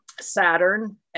Saturn